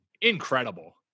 incredible